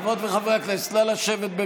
חברות וחברי הכנסת, נא לשבת.